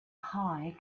high